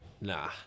Nah